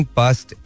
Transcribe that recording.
past